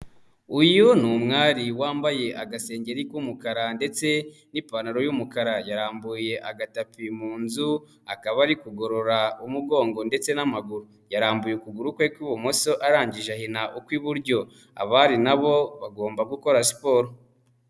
Uyu ni umwari wambaye agasengeri k'umukara ndetse n'ipantaro y'umukara, yarambuye agatapi mu nzu, akaba ari kugorora umugongo ndetse n'amaguru, yarambuye ukuguru kwe kw'ibumoso, arangije ahina ukw'iburyo, abari nabo bagomba gukora siporo.